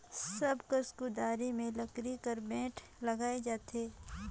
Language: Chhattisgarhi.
सब कस कुदारी मे लकरी कर बेठ लगाल जाथे